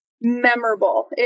memorable